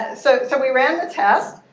so so we ran the test.